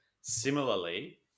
Similarly